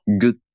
good